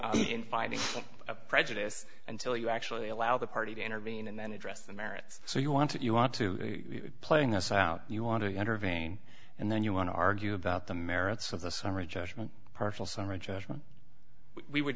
in finding a prejudice until you actually allow the party to intervene and then address the merits so you want to you want to playing this out you want to intervene and then you want to argue about the merits of the summary judgment partial summary judgment we would